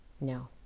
No